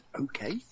Okay